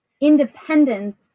independence